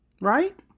right